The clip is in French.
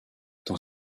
dans